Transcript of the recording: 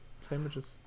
Sandwiches